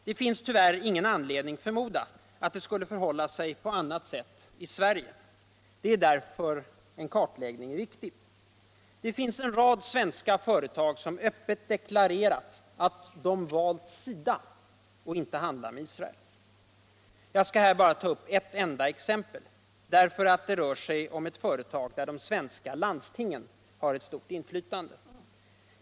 Det finns tyvärr ingen anledning att förmoda att det skulle förhålla sig päå annat sätlt i Sverige. Det är därför som en kartläggning är så viktig. Det finns en rad svenska företag som öppet deklarerat att de ”valt sida” och inte handlar med Israel. Jag skall här bara tå upp ett enda exempel, därför att det rör sig om ett företag där de svenska landstingen har ett stort inflytande.